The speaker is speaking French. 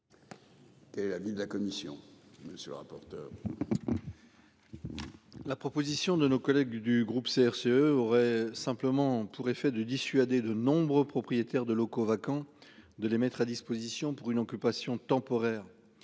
Et la ville de la commission. Monsieur le rapporteur. La proposition de nos collègues du groupe CRCE aurait simplement pour effet de dissuader de nombreux propriétaires de locaux vacants de les mettre à disposition pour une occupation temporaire.